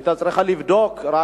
היא צריכה לבדוק רק,